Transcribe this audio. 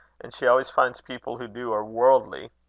and she always finds people who do are worldly.